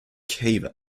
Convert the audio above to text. cave